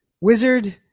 Wizard